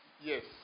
yes